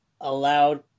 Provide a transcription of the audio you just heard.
allowed